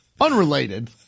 Unrelated